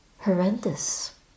horrendous